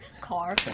car